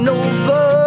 over